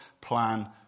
plan